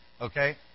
Okay